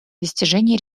достижение